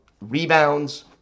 rebounds